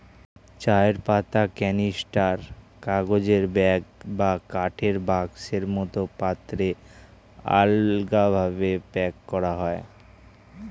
চায়ের পাতা ক্যানিস্টার, কাগজের ব্যাগ বা কাঠের বাক্সের মতো পাত্রে আলগাভাবে প্যাক করা হয়